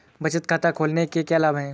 बचत खाता खोलने के क्या लाभ हैं?